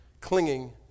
clinging